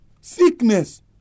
Sickness